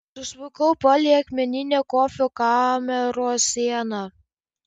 susmukau palei akmeninę kofio kameros sieną